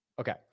Okay